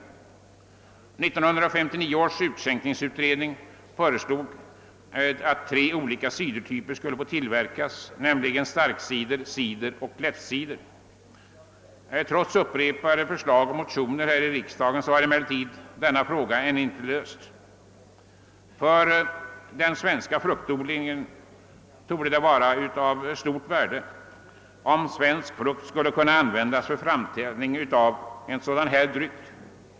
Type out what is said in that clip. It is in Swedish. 1959 års utskänkningsutredning föreslog att tre olika cidertyper skulle få tillverkas, nämligen starkcider, cider och lättcider. Trots upprepade förslag och motioner här i riksdagen har emellertid detta problem ännu inte lösts. För den svenska fruktodlingen torde det vara av stort värde, om svensk frukt skulle kunna användas för framställningen av en sådan dryck.